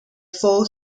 full